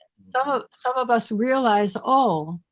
so some of us realize, oh,